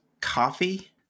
Coffee